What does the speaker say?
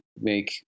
make